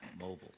mobile